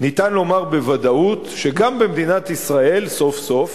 ניתן לומר בוודאות שגם במדינת ישראל סוף-סוף